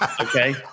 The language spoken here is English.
okay